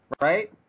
right